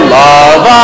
love